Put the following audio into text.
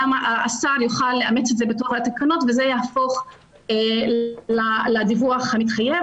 גם השר יוכל לאמץ את זה בתוך התקנות וזה יהפוך לדיווח המתחייב.